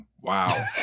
Wow